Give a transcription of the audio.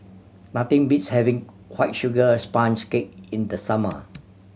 nothing beats having White Sugar Sponge Cake in the summer